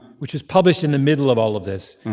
which was published in the middle of all of this,